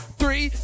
three